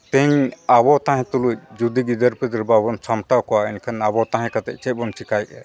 ᱛᱮᱦᱮᱧ ᱟᱵᱚ ᱛᱟᱦᱮᱱ ᱛᱩᱞᱩᱡ ᱡᱩᱫᱤ ᱜᱤᱫᱟᱹᱨ ᱯᱤᱫᱟᱹᱨ ᱵᱟᱵᱚᱱ ᱥᱟᱢᱴᱟᱣ ᱠᱚᱣᱟ ᱮᱱᱠᱷᱟᱱ ᱟᱵᱚ ᱛᱟᱦᱮᱸ ᱠᱟᱛᱮᱫ ᱪᱮᱫ ᱵᱚᱱ ᱪᱤᱠᱟᱹᱭᱮᱜᱼᱟ